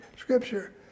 scripture